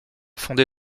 fondé